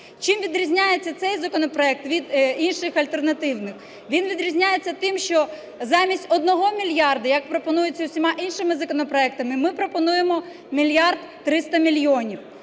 Чим відрізняється цей законопроект від інших альтернативних? Він відрізняється тим, що замість одного мільярда, як пропонується усіма іншими законопроектами, ми пропонуємо мільярд 300 мільйонів.